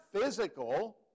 physical